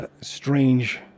strange